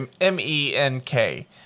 M-E-N-K